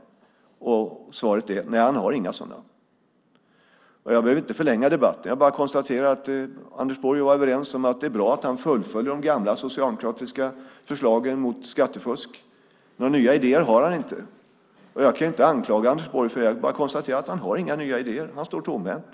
Svaret är att han inte har några sådana. Jag behöver inte förlänga debatten. Jag bara konstaterar att Anders Borg och jag är överens om att det är bra att han fullföljer de gamla socialdemokratiska förslagen mot skattefusk. Några nya idéer har han inte. Jag kan inte anklaga Anders Borg för det, men jag konstaterar att han inte har några nya idéer. Han står tomhänt.